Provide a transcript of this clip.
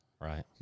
Right